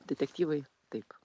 detektyvai taip